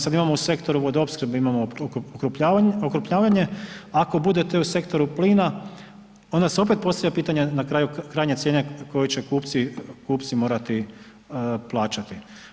Sada imamo u sektoru vodoopskrbe imamo okrupnjavanje, ako to bude u sektoru plina onda se opet postavlja pitanje krajnje cijene koju će kupci morati plaćati.